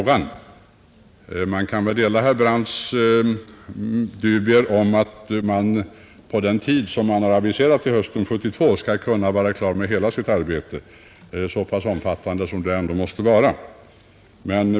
Man kan emellertid dela herr Brandts dubier om att utredningen på den tid som aviserats, fram till hösten 1972, skall kunna vara klar med hela sitt omfattande arbete.